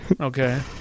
okay